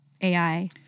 AI